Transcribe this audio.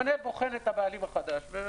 המנהל בוחן את הבעלים החדש.